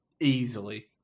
Easily